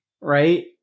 right